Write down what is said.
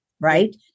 right